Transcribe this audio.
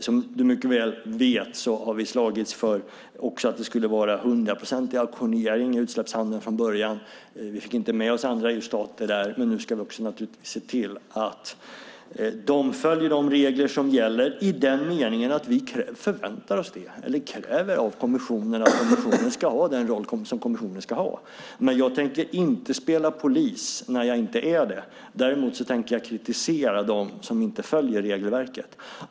Som du vet har vi slagits för att det ska vara hundraprocentig auktionering i utsläppshandeln från början. Vi fick inte med oss de andra EU-staterna på det. Nu ska vi se till att de följer de regler som gäller. Vi kräver av kommissionen att den ska ha den roll som kommissionen ska ha. Jag tänker inte spela polis när jag inte är det, däremot tänker jag kritisera dem som inte följer regelverket.